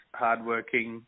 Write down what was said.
hardworking